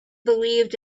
believed